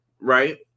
Right